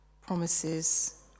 promises